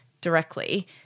directly